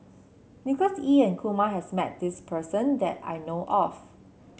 Nicholas Ee and Kumar has met this person that I know of